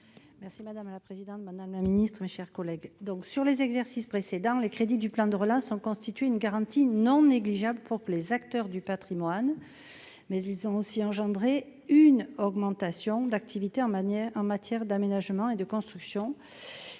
Merci madame la présidente, Madame la Ministre, mes chers collègues, donc sur les exercices précédents, les crédits du plan de relance en constituer une garantie non négligeable pour les acteurs du Patrimoine mais ils ont aussi engendré une augmentation d'activité en manière en matière d'aménagement et de construction,